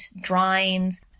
drawings